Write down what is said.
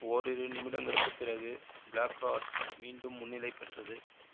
ஓரிரு நிமிடங்களுக்குப் பிறகு ப்ளாக்ஹாக்ஸ் மீண்டும் முன்னிலை பெற்றது